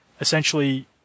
essentially